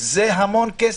זה המון כסף,